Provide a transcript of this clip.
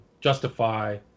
justify